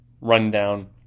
rundown